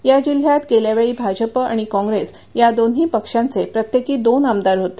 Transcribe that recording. या जिल्ह्यात गेल्यावेळी भाजप आणि काँग्रेस या दोन्ही पक्षांचे प्रत्येकी दोन आमदार होते